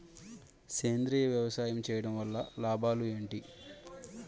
సేంద్రీయ వ్యవసాయం చేయటం వల్ల లాభాలు ఏంటి?